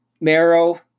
Marrow